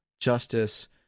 justice